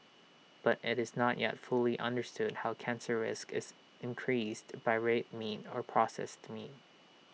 but IT is not yet fully understood how cancer risk is increased by red meat or processed meat